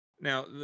now